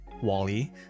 wally